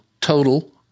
total